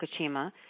Fukushima